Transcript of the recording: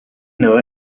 know